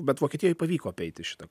bet vokietijai pavyko apeiti šitą